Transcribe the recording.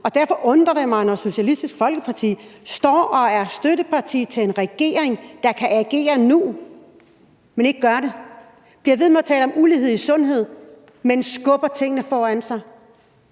Og derfor undrer det mig, når Socialistisk Folkeparti står og er støtteparti til en regering, der kan agere nu, men ikke gør det, og som bliver ved med at tale om ulighed i sundhed, men skubber tingene foran sig.